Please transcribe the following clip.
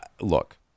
Look